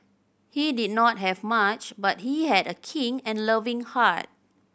he did not have much but he had a kind and loving heart